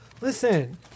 Listen